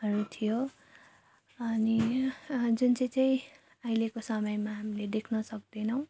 हरू थियो अनि जुन चाहिँ चाहिँ अहिलेको समयमा हामीले देख्न सक्दैनौँ